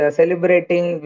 celebrating